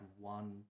one